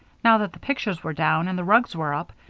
now that the pictures were down and the rugs were up,